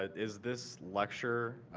ah is this lecture,